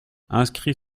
inscrit